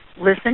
Listen